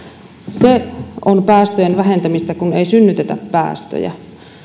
se on päästöjen vähentämistä kun ei synnytetä päästöjä